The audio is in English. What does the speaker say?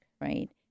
right